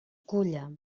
culla